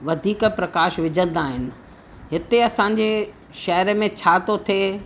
वधीक प्रकाश विझंदा आहिनि हिते असांजे शेहर में छा थो थिए